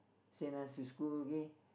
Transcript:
send us to school okay